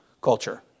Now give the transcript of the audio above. culture